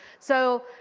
so,